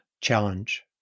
challenge